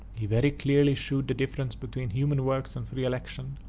he very clearly shewed the difference between human works and free election,